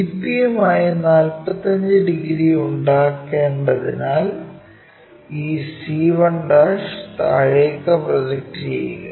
VP യുമായി 45 degree ഉണ്ടാക്കേണ്ടതിനാൽ ഈ c1 താഴേക്ക് പ്രൊജക്റ്റ് ചെയ്യുക